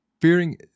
Fearing